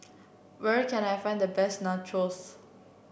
where can I find the best Nachos